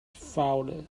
fowler